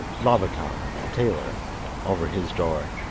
labakan, tailor over his door,